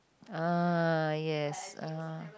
ah yes ah